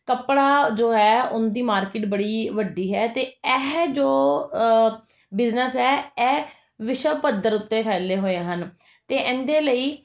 ਕੱਪੜਾ ਜੋ ਹੈ ਉਹਦੀ ਮਾਰਕੀਟ ਬੜੀ ਵੱਡੀ ਹੈ ਅਤੇ ਇਹ ਜੋ ਬਿਜ਼ਨਸ ਹੈ ਇਹ ਵਿਸ਼ਵ ਪੱਧਰ ਉੱਤੇ ਫੈਲੇ ਹੋਏ ਹਨ ਅਤੇ ਇਹਦੇ ਲਈ